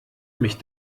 mich